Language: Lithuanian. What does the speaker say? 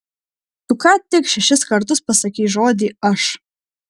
tu ką tik šešis kartus pasakei žodį aš